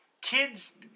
kids